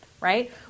right